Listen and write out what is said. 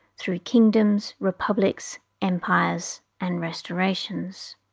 through kingdoms, republics, empires and restorations.